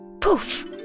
Poof